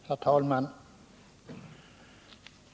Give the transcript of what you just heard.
Herr talman!